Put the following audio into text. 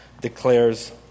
declares